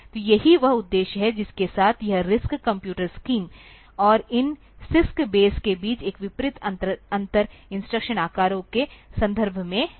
तो यही वह उद्देश्य है जिसके साथ यह RISC कंप्यूटर स्कीम और इन CISC बेस के बीच एक विपरीत अंतर इंस्ट्रक्शन आकारों के संदर्भ में है